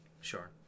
sure